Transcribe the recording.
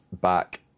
back